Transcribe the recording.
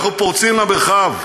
אנחנו פורצים למרחב,